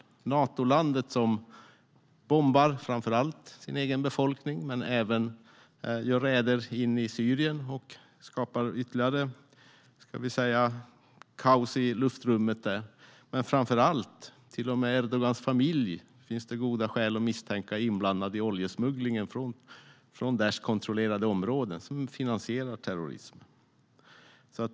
Det är ett Natoland som främst bombar sin egen befolkning men även gör räder in i Syrien och skapar ytterligare kaos i luftrummet där. Men framför allt finns det goda skäl att misstänka att till och med Erdogans familj är inblandad i oljesmugglingen från Daishkontrollerade områden och på så sätt finansierar terrorism.